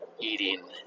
eating